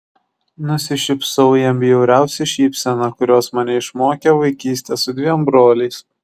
nusišypsau jam bjauriausia šypsena kurios mane išmokė vaikystė su dviem broliais